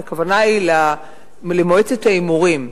הכוונה היא למועצת ההימורים,